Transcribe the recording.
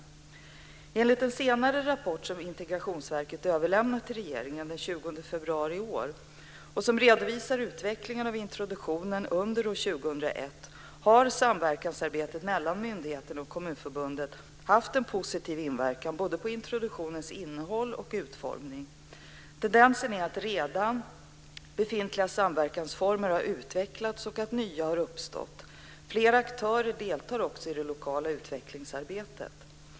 Enligt en senare rapport som Integrationsverket överlämnat till regeringen den 20 februari i år och som redovisar utvecklingen av introduktionen under år 2001 har samverkansarbetet mellan myndigheterna och Kommunförbundet haft en positiv inverkan på både introduktionens innehåll och utformning. Tendensen är att redan befintliga samverkansformer har utvecklats och att nya har uppstått. Fler aktörer deltar också i det lokala utvecklingsarbetet.